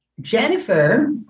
Jennifer